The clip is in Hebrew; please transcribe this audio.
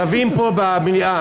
רבים פה במליאה.